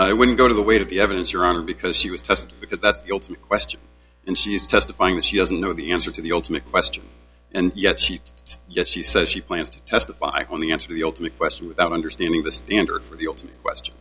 i wouldn't go to the weight of the evidence your honor because she was tested because that's the ultimate question and she is testifying that she doesn't know the answer to the ultimate question and yet she just yet she says she plans to testify on the answer to the ultimate question without understanding the standard for the ultimate question